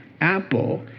apple